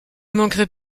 manquerait